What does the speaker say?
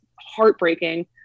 heartbreaking